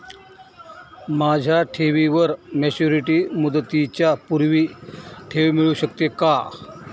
माझ्या ठेवीवर मॅच्युरिटी मुदतीच्या पूर्वी ठेव मिळू शकते का?